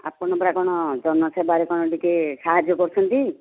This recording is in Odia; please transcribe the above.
ଆପଣ ପରା କ'ଣ ଜନସେବାରେ କ'ଣ ଟିକେ ସାହାଯ୍ୟ କରୁଛନ୍ତି